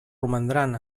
romandran